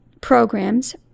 programs